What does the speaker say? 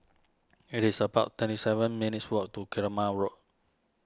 it is about twenty seven minutes' walk to Keramat Road